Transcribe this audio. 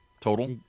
Total